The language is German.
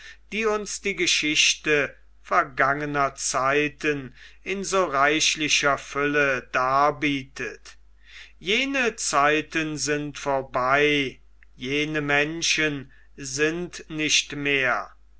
die uns die geschichte vergangener zeiten in so reichlicher fülle darbietet jene zeiten sind vorbei jene menschen sind nicht mehr